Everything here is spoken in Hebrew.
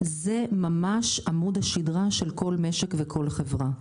זה ממש עמוד השדרה של כל משק וכל חברה.